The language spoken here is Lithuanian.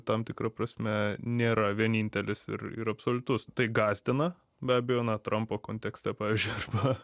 tam tikra prasme nėra vienintelis ir ir absoliutus tai gąsdina be abejo na trampo kontekste pavyzdžiui arba